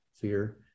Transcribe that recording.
fear